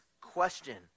question